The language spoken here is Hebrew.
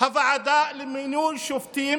הוועדה למינוי שופטים